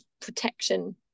protection